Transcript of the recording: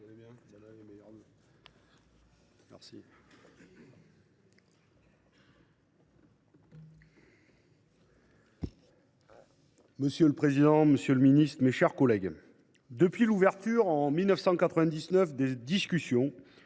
Monsieur le président, monsieur le ministre, mes chers collègues, depuis l’ouverture, en 1999, des discussions